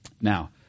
Now